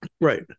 right